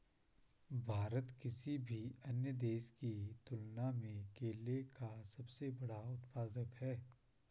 भारत किसी भी अन्य देश की तुलना में केले का सबसे बड़ा उत्पादक है